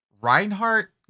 Reinhardt